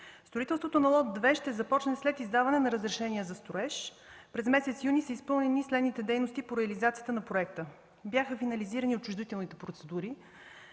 Строителството на лот 2 ще започне след издаване на разрешение за строеж. През месец юни са изпълнени следните дейности по реализацията на проекта. Бяха финализирани отчуждителните процедури.